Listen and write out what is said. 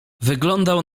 wyglądał